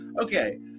Okay